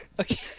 Okay